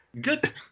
Good